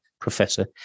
professor